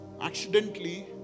accidentally